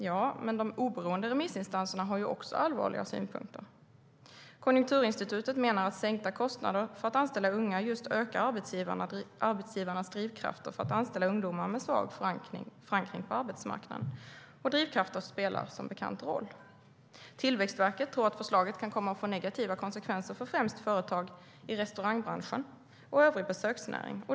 Ja, men också de oberoende remissinstanserna har allvarliga synpunkter. Konjunkturinstitutet menar att sänkta kostnader för att anställa unga just ökar arbetsgivarnas drivkrafter att anställa ungdomar med svag förankring på arbetsmarknaden. Och drivkrafter spelar som bekant roll. Tillväxtverket tror att förslaget kan komma att få negativa konsekvenser för främst företag i restaurangbranschen och övrig besöksnäring.